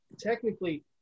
technically